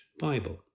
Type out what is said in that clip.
Bible